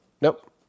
Nope